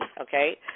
okay